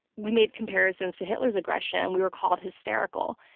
we made comparisons to hitler's aggression, and we were called hysterical,